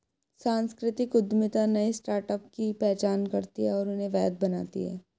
सांस्कृतिक उद्यमिता नए स्टार्टअप की पहचान करती है और उन्हें वैध बनाती है